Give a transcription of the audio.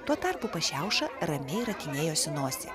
tuo tarpu pašiauša ramiai rakinėjosi nosį